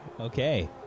Okay